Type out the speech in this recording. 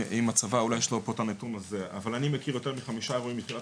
אבל אני מכיר יותר מחמישה אירועים מתחילת